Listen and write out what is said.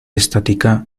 estática